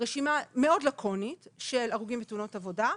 רשימה מאוד לקונית של הרוגים בתאונות עבודה,